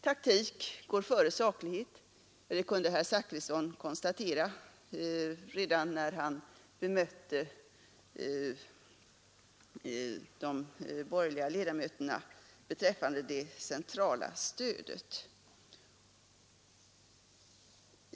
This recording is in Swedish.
Taktik går före saklighet, kunde herr Zachrisson konstatera redan när han bemötte de borgerliga ledamöterna rörande det centrala stödet.